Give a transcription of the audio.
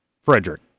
Frederick